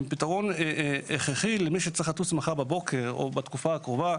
הם פתרון הכרחי למי שצריך לטוס מחר בבוקר או בתקופה הקרובה,